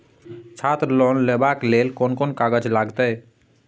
छात्र लोन लेबाक लेल कोन कोन कागज लागतै?